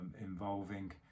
involving